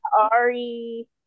Ari